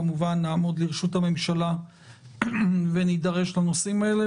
כמובן נעמוד לרשות הממשלה ונידרש לנושאים האלה.